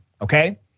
okay